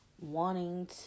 wanting